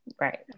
Right